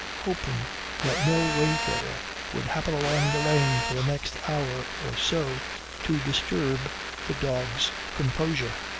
hoping that no wayfarer would happen along the lane for the next hour or so to disturb the dog's composure.